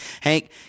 Hank